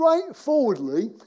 straightforwardly